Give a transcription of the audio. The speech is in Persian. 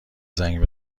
زنگ